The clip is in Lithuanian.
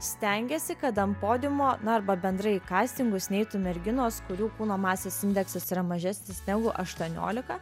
stengiasi kad ant podiumo na arba bendrai kastingus neitų merginos kurių kūno masės indeksas yra mažesnis negu aštuoniolika